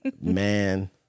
Man